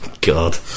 God